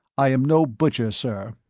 i am no butcher, sir.